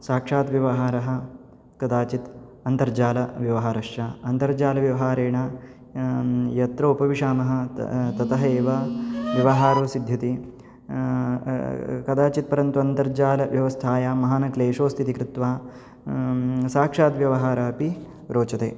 साक्षात् व्यवहारः कदाचित् अन्तर्जालव्यवहारश्च अन्तर्जालव्यवहारेण यत्र उपविशामः त ततः एव व्यवहारो सिध्यति कदाचित् परन्तु अन्तर्जालव्यवस्थायां महानक्लेशो स्थितिः कृत्वा साक्षात् व्यवहारोपि रोचते